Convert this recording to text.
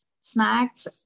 snacks